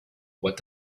what